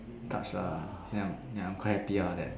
touched lah then I'm then I'm quite happy all that